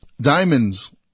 diamonds